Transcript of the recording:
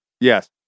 Yes